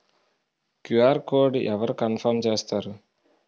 QR code అవరు confirm చేస్తారు?